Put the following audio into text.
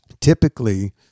typically